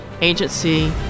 agency